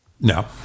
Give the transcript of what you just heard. no